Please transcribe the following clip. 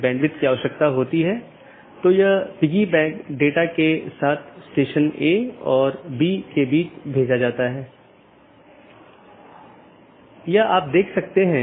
एक AS traffic की निश्चित श्रेणी के लिए एक विशेष AS पाथ का उपयोग करने के लिए ट्रैफिक को अनुकूलित कर सकता है